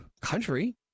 country